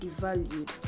devalued